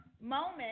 moment